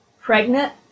pregnant